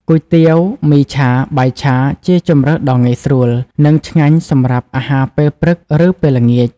គុយទាវ មីឆា បាយឆា ជាជម្រើសដ៏ងាយស្រួល និងឆ្ងាញ់សម្រាប់អាហារពេលព្រឹក ឬពេលល្ងាច ។